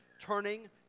turning